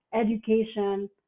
education